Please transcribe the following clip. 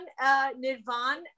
Nirvan